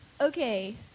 Okay